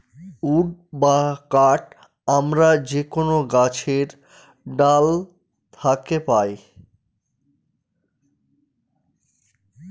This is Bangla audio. উড বা কাঠ আমরা যে কোনো গাছের ডাল থাকে পাই